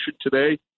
today